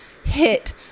hit